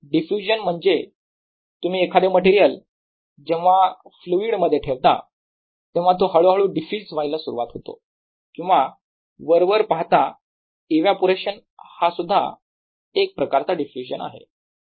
diffusion म्हणजे तुम्ही एखादे मटेरियल जेव्हा फ्लुईड मध्ये ठेवता तेव्हा तो हळूहळू डिफ्युज व्हायला सुरुवात होतो किंवा वरवर पाहता एवापोरेशन हा सुद्धा एक प्रकारचा डिफ्युजन आहे